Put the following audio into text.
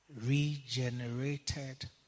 regenerated